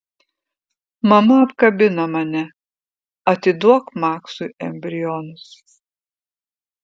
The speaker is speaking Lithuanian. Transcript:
mama apkabina mane atiduok maksui embrionus